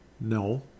No